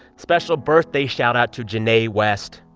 special birthday shout-out to jinae west.